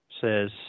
says